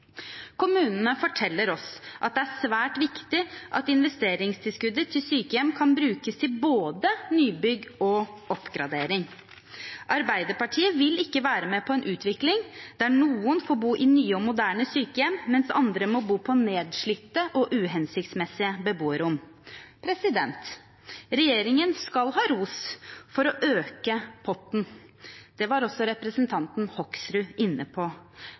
Kommunene forteller oss at det er svært viktig at investeringstilskuddet til sykehjem kan brukes til både nybygg og oppgradering. Arbeiderpartiet vil ikke være med på en utvikling der noen får bo i nye og moderne sykehjem, mens andre må bo på nedslitte og uhensiktsmessige beboerrom. Regjeringen skal ha ros for å øke potten – det var også representanten Hoksrud inne på